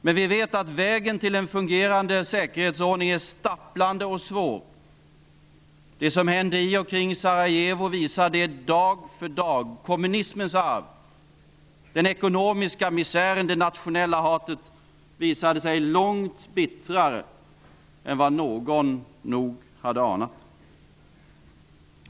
Men vi vet att vägen till en fungerande säkerhetsordning är stapplande och svår. Det som händer i och kring Sarajevo visar det dag för dag. Kommunismens arv, den ekonomiska misären och det nationella hatet visade sig vara långt bittrare än vad någon nog hade anat.